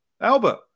Albert